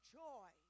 joy